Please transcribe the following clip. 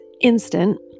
instant